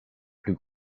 plus